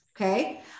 okay